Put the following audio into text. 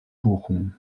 bochum